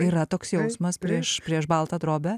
yra toks jausmas prieš prieš baltą drobę